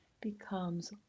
becomes